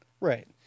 right